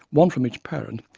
one from each parent,